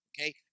okay